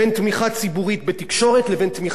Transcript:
לבין תמיכה ציבורית בתחומי תרבות,